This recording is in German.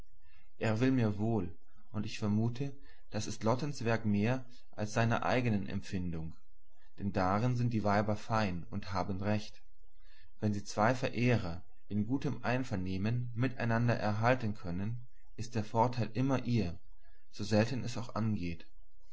er will mir wohl und ich vermute das ist lottens werk mehr als seiner eigenen empfindung denn darin sind die weiber fein und haben recht wenn sie zwei verehrer in gutem vernehmen mit einander erhalten können ist der vorteil immer ihr so selten es auch angeht